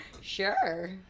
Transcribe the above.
Sure